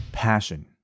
passion